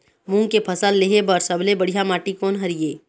मूंग के फसल लेहे बर सबले बढ़िया माटी कोन हर ये?